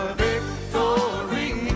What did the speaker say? victory